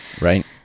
Right